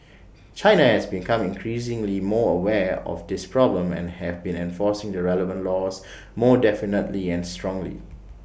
China has becoming increasingly more aware of this problem and have been enforcing the relevant laws more definitely and strongly